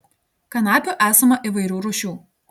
kanapių esama įvairių rūšių